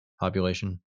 population